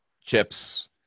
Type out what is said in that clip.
chips